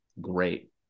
Great